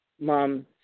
Mom